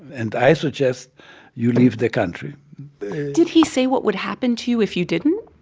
and i suggest you leave the country did he say what would happen to you if you didn't?